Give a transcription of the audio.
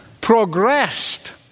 progressed